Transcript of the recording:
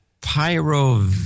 pyro